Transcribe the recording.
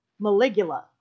Maligula